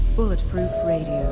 bulletproof radio,